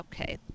Okay